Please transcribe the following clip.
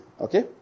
okay